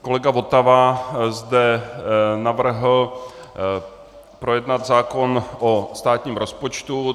Kolega Votava zde navrhl projednat zákon o státním rozpočtu.